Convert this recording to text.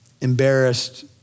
embarrassed